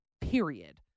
period